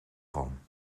van